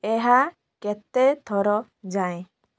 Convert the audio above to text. ଏହା କେତେ ଥର ଯାଏ